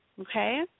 Okay